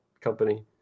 company